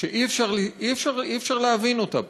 שאי-אפשר להבין אותה פשוט.